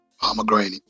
pomegranate